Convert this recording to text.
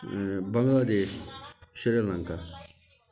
Bangladesh Sri Lanka